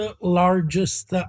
largest